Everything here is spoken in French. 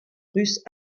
russe